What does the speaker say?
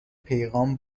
پیغام